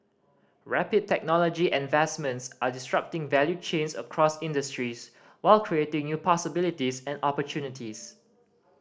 rapid technology advancements are disrupting value chains across industries while creating new possibilities and opportunities